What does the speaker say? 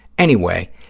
anyway,